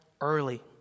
early